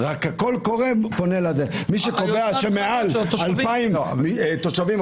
מי שקובע שמעל 2,000 תושבים,